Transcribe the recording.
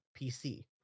pc